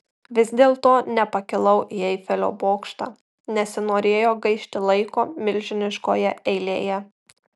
vis dėlto nepakilau į eifelio bokštą nesinorėjo gaišti laiko milžiniškoje eilėje